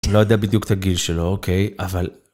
לא יודע בדיוק את הגיל שלו, אוקיי, אבל...